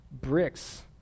bricks